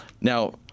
Now